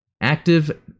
Active